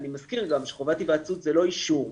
אני מזכיר גם שחובת היוועצות זה לא אישור.